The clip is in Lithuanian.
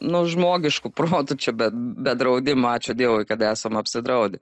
nu žmogišku protu čia be be draudimo ačiū dievui kad esam apsidraud